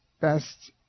best